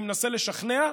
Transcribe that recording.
אני מנסה לשכנע.